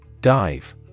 Dive